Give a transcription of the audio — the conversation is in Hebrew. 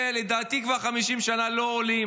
שלדעתי כבר 50 שנה לא עולים,